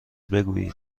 بگویید